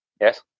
Yes